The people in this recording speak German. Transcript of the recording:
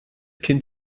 kind